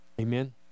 Amen